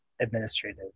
administrative